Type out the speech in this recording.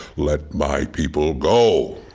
let my people go!